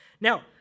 Now